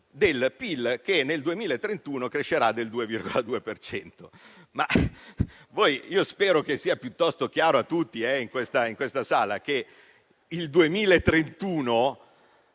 del PIL che nel 2031 crescerà del 2,2 per cento. Spero sia piuttosto chiaro a tutti in questa Aula che nel 2031